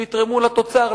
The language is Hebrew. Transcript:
שיתרמו לתוצר,